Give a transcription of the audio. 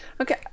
Okay